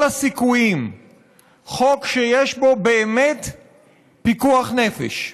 הסיכויים חוק שיש בו באמת פיקוח נפש.